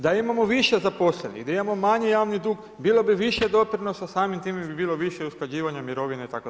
Da imamo više zaposlenih, da imamo manji javni dug, bilo bi više doprinosa, samim time bi bilo više usklađivanje mirovine itd.